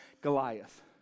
Goliath